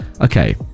Okay